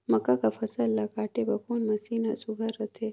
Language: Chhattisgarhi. मक्का कर फसल ला काटे बर कोन मशीन ह सुघ्घर रथे?